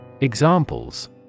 Examples